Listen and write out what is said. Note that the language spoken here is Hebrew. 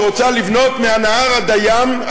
שרוצה לבנות מהנהר עד הים,